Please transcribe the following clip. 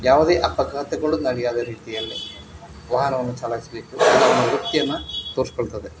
ಯಾವುದೇ ಅಪಘಾತಗಳು ನಡೆಯದ ರೀತಿಯಲ್ಲಿ ವಾಹನವನ್ನು ಚಲಾಯಿಸ್ಬೇಕು ಅವನ ವೃತ್ತಿಯನ್ನು ತೋರಿಸ್ಕೊಳ್ತದೆ